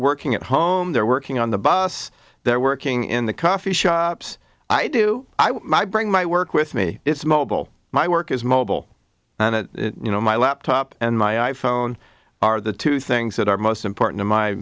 working at home they're working on the bus they're working in the coffee shops i do my bring my work with me it's mobile my work is mobile and you know my laptop and my i phone are the two things that are most important in my